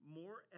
more